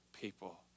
people